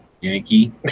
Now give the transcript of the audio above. Yankee